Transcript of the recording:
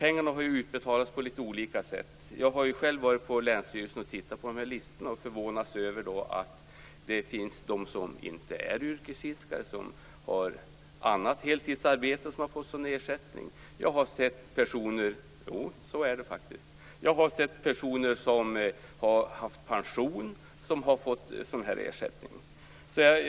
Pengarna har utbetalats på litet olika sätt. Jag har själv varit på länsstyrelsen och tittat på listorna. Jag blev förvånad över att där finns personer som inte är yrkesfiskare, som har ett annat heltidsarbete, som har fått ersättning. Jag har sett personer som har pension som har fått ersättning.